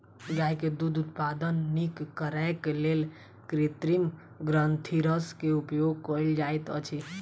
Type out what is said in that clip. गाय के दूध उत्पादन नीक करैक लेल कृत्रिम ग्रंथिरस के उपयोग कयल जाइत अछि